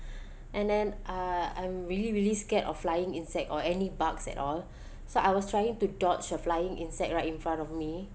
and then uh I'm really really scared of flying insect or any bugs at all so I was trying to dodge a flying insect right in front of me